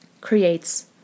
creates